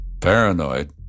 Paranoid